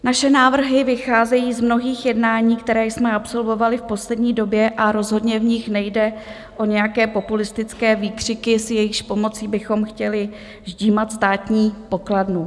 Naše návrhy vycházejí z mnohých jednání, která jsme absolvovali v poslední době, a rozhodně v nich nejde o nějaké populistické výkřiky, s jejichž pomocí bychom chtěli ždímat státní pokladnu.